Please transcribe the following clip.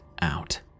out